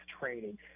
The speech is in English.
training